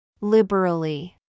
Liberally